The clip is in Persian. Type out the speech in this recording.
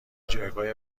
جایگاه